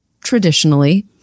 traditionally